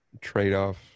trade-off